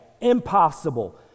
Impossible